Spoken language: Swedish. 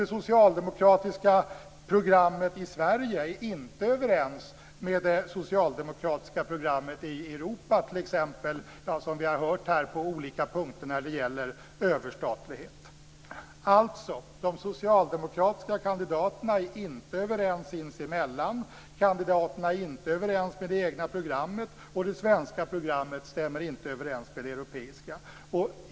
Det socialdemokratiska programmet i Sverige är inte överens med det socialdemokratiska programmet i Europa, t.ex., som vi har hört här, på olika punkter när det gäller överstatlighet. De socialdemokratiska kandidaterna är alltså inte överens sinsemellan. Kandidaterna är inte överens med det egna programmet, och det svenska programmet stämmer inte överens med det europeiska.